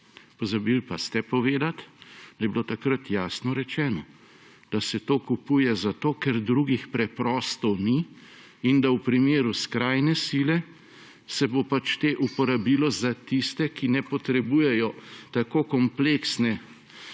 Pozabili pa ste povedati, da je bilo takrat jasno rečeno, da se to kupuje zato, ker drugih preprosto ni, in da se bo v primeru skrajne sile pač te uporabilo za tiste, ki ne potrebujejo tako kompleksne oskrbe